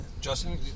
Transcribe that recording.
Justin